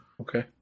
Okay